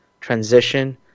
transition